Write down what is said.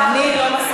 אחמד לא מסכים איתך.